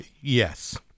yes